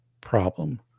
problem